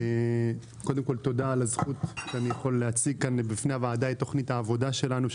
תודה על הזכות שאני יכול להציג כאן בפני הוועדה את תכנית העבודה שלנו,